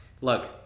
look